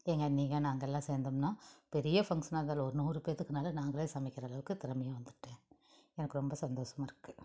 எங்கள் அண்ணிங்க நாங்கள் எல்லாம் சேர்ந்தோம்ன்னா பெரிய ஃபங்க்ஷன்னாக இருந்தாலும் ஒரு நூறு பேற்றுக்குனாலும் நாங்கள் சமைக்கிற அளவுக்கு திறமையாக வந்துட்டேன் எனக்கு ரொம்ப சந்தோசமாக இருக்குது